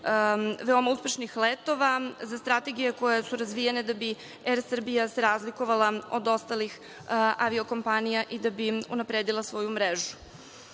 veoma uspešnih letova, za strategije koje su razvijene da bi „Er Srbija“ se razlikovala od ostalih avio-kompanija i da bi unapredila svoju mrežu. Ono